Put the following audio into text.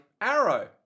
arrow